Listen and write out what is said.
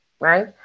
right